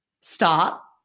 stop